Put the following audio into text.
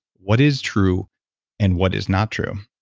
what is true and what is not true.